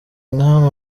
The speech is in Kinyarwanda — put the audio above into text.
nkamwe